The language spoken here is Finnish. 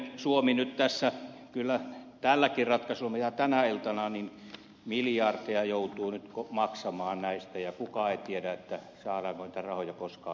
suomi nyt tässä kyllä tälläkin ratkaisulla mikä tänä iltana tehdään joutuu maksamaan miljardeja näistä ja kukaan ei tiedä saadaanko niitä rahoja koskaan takaisin